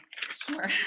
Sure